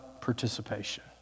participation